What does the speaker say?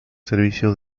servicio